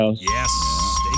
Yes